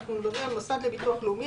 אנחנו מדברים על המוסד לביטוח הלאומי,